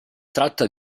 tratta